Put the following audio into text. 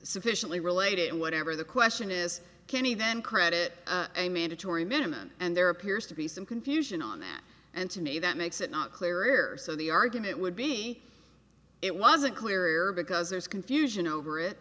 sufficiently related and whatever the question is can he then credit a mandatory minimum and there appears to be some confusion on that and to me that makes it not clearer so the argument would be it wasn't clear because there's confusion over it